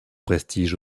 prestige